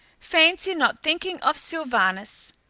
fancy not thinking of sylvanus!